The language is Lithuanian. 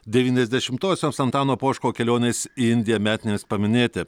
devyniasdešimtosioms antano poško kelionės į indiją metinėms paminėti